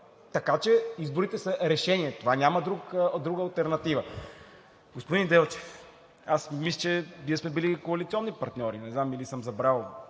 Така че изборите са решение. Това няма друга алтернатива. Господин Делчев, аз мисля, че ние сме били коалиционни партньори, не знам или сте забравил,